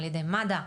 על ידי מד"א,